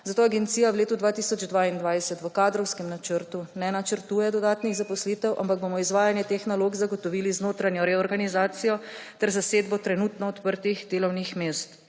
zato agencija v letu 2022 v kadrovskem načrtu ne načrtuje dodatnih zaposlitev, ampak bomo izvajanje teh nalog zagotovili z notranjo reorganizacijo ter zasedbo trenutno odprtih delovnih mest.